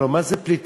הלוא מה זה פליטים?